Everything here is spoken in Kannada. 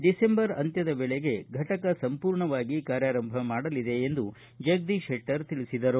ಡಿಸೆಂಬರ್ ಅಂತ್ಯದ ವೇಳೆಗೆ ಫಟಕ ಸಂಪೂರ್ಣವಾಗಿ ಕಾರ್ಯಾರಂಭ ಮಾಡಲಿದೆ ಎಂದು ಜಗದೀಶ ಶೆಟ್ಟರ್ ತಿಳಿಸಿದರು